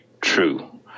true